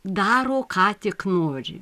daro ką tik nori